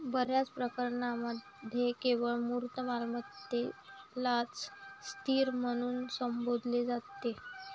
बर्याच प्रकरणांमध्ये केवळ मूर्त मालमत्तेलाच स्थिर म्हणून संबोधले जाते